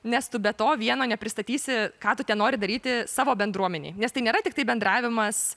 nes tu be to vieno nepristatysi ką tu ten nori daryti savo bendruomenėj nes tai nėra tiktai bendravimas